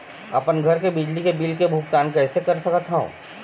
अपन घर के बिजली के बिल के भुगतान कैसे कर सकत हव?